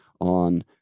on